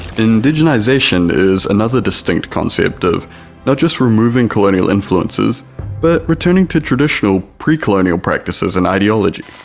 indigenization is another distinct concept of not just removing colonial influences but returning to traditional pre colonial practices and ideology,